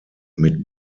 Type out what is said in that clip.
mit